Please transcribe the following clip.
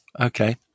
Okay